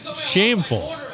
shameful